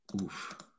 Oof